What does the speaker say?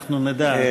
אנחנו נדע,